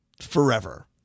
forever